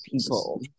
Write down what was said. people